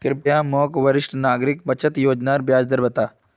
कृप्या मोक वरिष्ठ नागरिक बचत योज्नार ब्याज दर बता